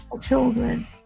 children